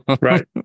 Right